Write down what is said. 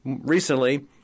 recently